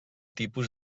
tipus